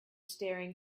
staring